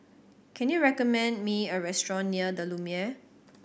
can you recommend me a restaurant near The Lumiere